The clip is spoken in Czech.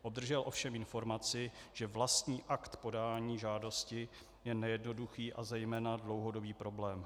Obdržel ovšem informaci, že vlastní akt podání žádosti je nejednoduchý a zejména dlouhodobý problém.